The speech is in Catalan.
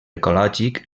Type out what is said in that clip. ecològic